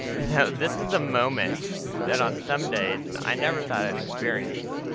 you know, this is a moment that on some days i never thought i'd experience.